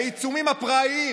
העיצומים הפראיים,